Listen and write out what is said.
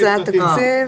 התפקידים.